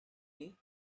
you